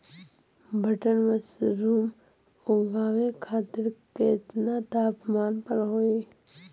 Button mushroom उगावे खातिर केतना तापमान पर होई?